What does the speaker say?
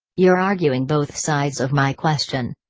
you're arguing both sides of my question.